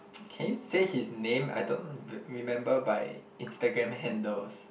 can you say his name I don't remember by Instagram handles